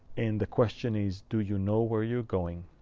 and the question is do you know where you're going?